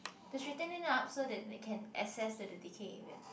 to straighten it up so that they can access to the decay area